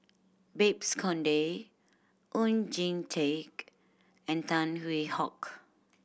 Babes Conde Oon Jin Teik and Tan Hwee Hock